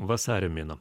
vasario mėnuo